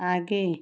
आगे